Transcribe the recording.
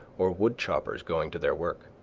or woodchoppers going to their work.